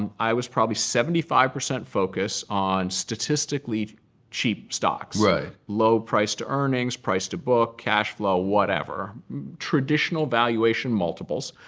um i was probably seventy five percent focused on statistically cheap stocks low price-to-earnings, price-to-book, cash flow, whatever traditional valuation multiples.